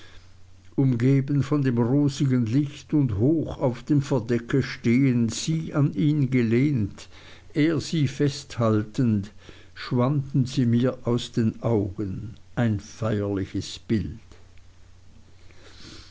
umgeben von dem rosigen licht und hoch auf dem verdecke stehend sie an ihn gelehnt er sie festhaltend schwanden sie mir aus den augen ein feierliches bild